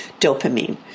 dopamine